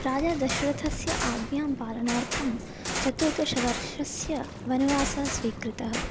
राजादशरथस्य आज्ञां पालनार्थं चतुर्दशवर्षस्य वनवासः स्वीकृतः